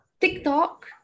TikTok